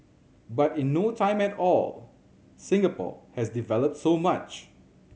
but in no time at all Singapore has developed so much